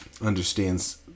understands